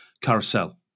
Carousel